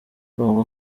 bavuga